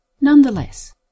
Nonetheless